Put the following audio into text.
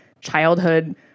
childhood